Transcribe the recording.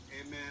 Amen